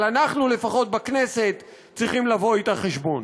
אבל אנחנו, לפחות בכנסת, צריכים לבוא אתה חשבון.